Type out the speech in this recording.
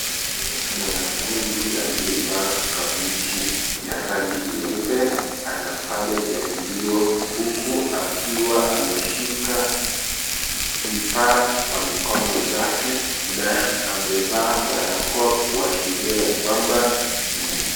Mwanafunzi aliyevaa kabuti ya rangi nyeupe anafanya jaribio huku akiwa ameshika vifaa kwa mikono zake na amevaa barakoa kuashiria ya kwamba.